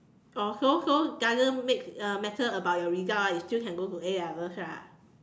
oh so so doesn't make uh matter about your result ah you still can go to A-levels ah